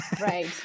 right